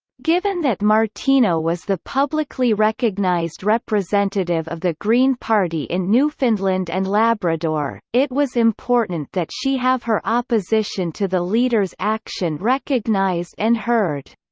given that martino was the publicly recognized representative of the green party in newfoundland and labrador, it was important that she have her opposition to the leader's action recognized and heard.